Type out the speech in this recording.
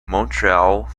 montreal